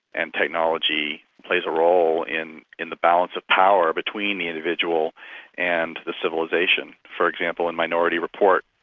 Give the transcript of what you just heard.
and technology plays a role in in the balance of power between the individual and the civilisation. for example, in minority report,